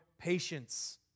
patience